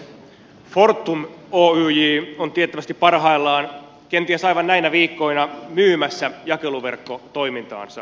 fortum oyj on tiettävästi parhaillaan kenties aivan näinä viikkoina myymässä jakeluverkkotoimintaansa